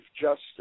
Justice